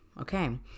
Okay